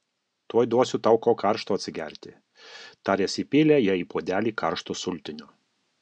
tuoj duosiu tau ko karšto atsigerti taręs įpylė jai į puodelį karšto sultinio